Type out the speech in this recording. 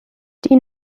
die